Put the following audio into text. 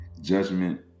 judgment